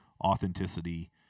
authenticity